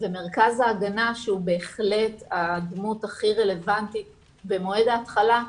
ומרכז ההגנה שהוא בהחלט הדמות הכי רלוונטית במועד ההתחלה,